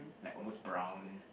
like almost brown